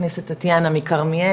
חברת הכנסת מטטיאנה מכרמיאל,